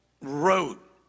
wrote